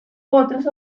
otras